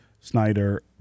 Snyder